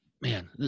Man